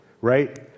right